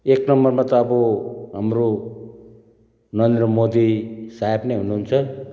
एक नम्बरमा त अब हाम्रो नरेन्द्र मोदी साहेब नै हुनुहुन्छ